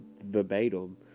verbatim